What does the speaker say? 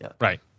Right